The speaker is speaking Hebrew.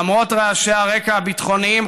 למרות רעשי הרקע הביטחוניים,